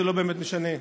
זה לא באמת משנה,